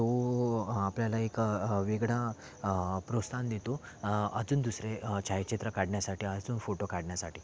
तो आपल्याला एक वेगळा प्रोत्साहन देतो अजून दुसरे छायाचित्र काढण्यासाठी अजून फोटो काढण्यासाठी